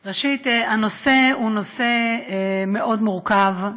ראשית, הנושא הוא נושא מאוד מורכב,